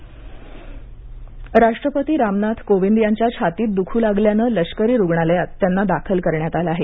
राष्ट्पती राष्ट्रपती रामनाथ कोविंद यांच्या छातीत दुखू लागल्यानं लष्करी रुग्णालयात दाखल करण्यात आलं आहे